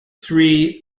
three